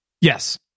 Yes